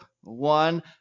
one